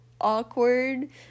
awkward